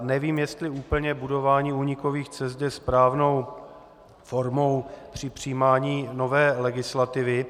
Nevím, jestli úplně budování únikových cest je správnou formou při přijímání nové legislativy.